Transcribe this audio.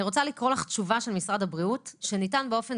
אני רוצה להקריא לך תשובה של משרד הבריאות שניתנה באופן